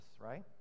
right